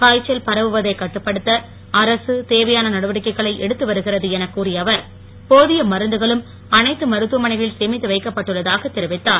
காய்ச்சல் பரவுவதை கட்டுப்படுத்த அரசு தேவையான நடவடிக்கைகளை எடுத்து வருகிறது என கூறிய அவர் போதிய மருந்துகளும் அனைத்து மருத்துவமனைகளில் சேமித்து வைக்கப்பட்டுள்ளதாக தெரிவித்தார்